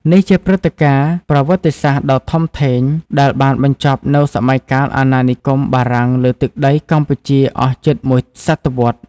នេះជាព្រឹត្តិការណ៍ប្រវត្តិសាស្ត្រដ៏ធំធេងដែលបានបញ្ចប់នូវសម័យកាលអាណានិគមបារាំងលើទឹកដីកម្ពុជាអស់ជិតមួយសតវត្សរ៍។